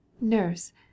nurse